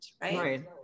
Right